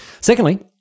Secondly